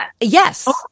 Yes